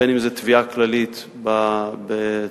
אם תביעה כללית בצבא,